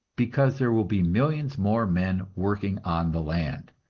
because there will be millions more men working on the land.